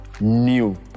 new